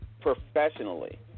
professionally